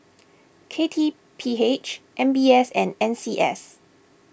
K T P H M B S and N C S